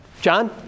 John